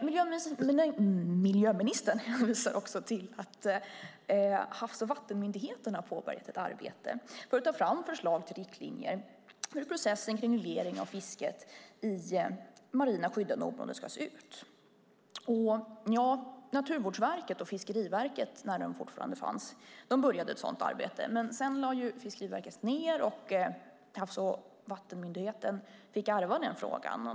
Miljöministern hänvisar också till att Havs och vattenmyndigheten har påbörjat ett arbete för att ta fram förslag till riktlinjer för hur processen kring reglering av fisket i marina skyddade områden ska se ut. Naturvårdsverket och Fiskeriverket - när det fortfarande fanns - påbörjade ett sådant arbete. Sedan lades dock Fiskeriverket ned, och Havs och vattenmyndigheten fick ärva frågan.